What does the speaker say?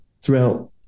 throughout